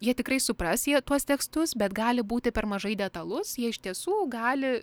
jie tikrai supras jie tuos tekstus bet gali būti per mažai detalus jie iš tiesų gali